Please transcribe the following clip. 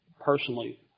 personally